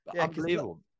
Unbelievable